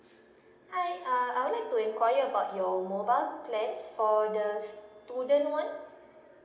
hi uh I would enquire about your mobile plans for the student one